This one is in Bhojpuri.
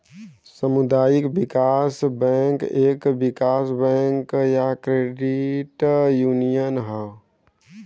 सामुदायिक विकास बैंक एक विकास बैंक या क्रेडिट यूनियन हौ